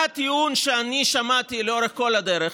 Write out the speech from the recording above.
מה הטיעון שאני שמעתי לאורך כל הדרך,